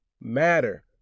matter